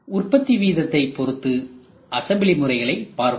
உற்பத்தி விதத்தை பொறுத்து அசம்பிளி முறைகளைப் பார்ப்போம்